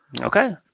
Okay